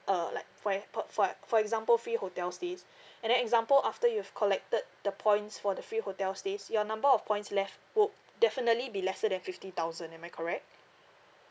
uh like for e~ per~ for e~ for example free hotel stays and then example after you've collected the points for the free hotel stays your number of points left would definitely be lesser than fifty thousand am I correct